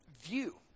view